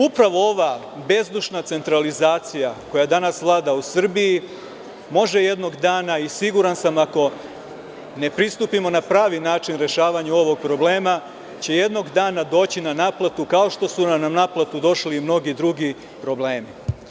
Upravo ova bezdušna centralizacija koja danas vlada u Srbiji može jednog dana, i siguran sam, ako ne pristupimo na pravi način rešavanju ovog problema, doći na naplatu, kao što su nam na naplatu došli i mnogi drugi problemi.